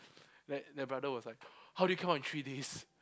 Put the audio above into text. then the brother was like how do you come out in three days